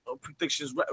predictions